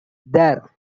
there